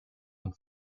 und